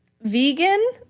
vegan